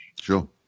Sure